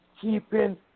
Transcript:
keeping